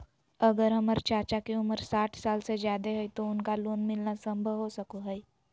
अगर हमर चाचा के उम्र साठ साल से जादे हइ तो उनका लोन मिलना संभव हो सको हइ?